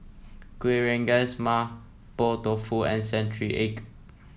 Kuih Rengas Mapo Tofu and Century Egg